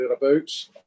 thereabouts